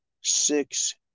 six